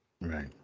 Right